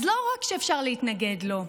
אז לא רק שאפשר להתנגד לו,